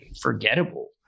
forgettable